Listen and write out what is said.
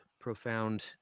profound